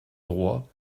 droit